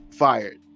fired